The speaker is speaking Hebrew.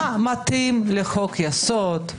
מה מתאים לחוק יסוד?